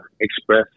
express